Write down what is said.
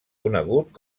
conegut